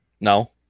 No